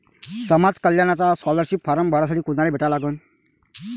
समाज कल्याणचा scholarship form भरासाठी कुनाले भेटा लागन?